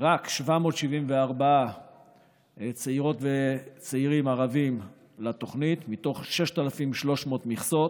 רק 774 צעירות וצעירים ערבים לתוכנית מתוך 6,300 מכסות.